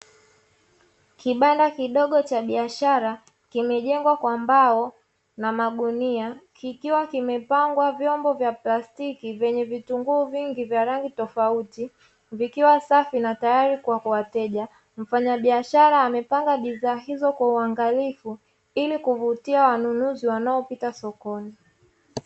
Kibanda kidogo cha biashara kimejengwa kwa mbao na magunia kikiwa kimepangwa vyombo vya plastiki vyenye vitunguu vingi vya rangi tofauti, vikiwa safi na tayari kwa wateja. Mfanyabiashara amepanga bidhaa hizo kwa uangalifu ili kuvutia wanunuzi wanaopita sokoni.